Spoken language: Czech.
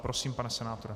Prosím, pane senátore.